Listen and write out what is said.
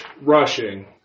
rushing